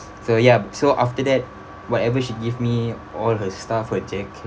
so ya so after that whatever she give me all her stuff her jacket